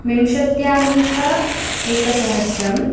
विंशत्यधिक एकसहस्रं